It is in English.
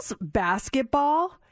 basketball